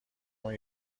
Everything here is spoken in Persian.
اون